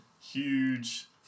Huge